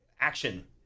action